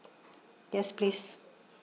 yes please